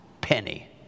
penny